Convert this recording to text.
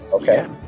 Okay